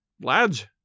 Lads